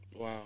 Wow